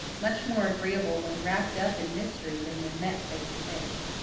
much more agreeable when wrapped up in mystery than when met face to face.